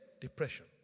Depression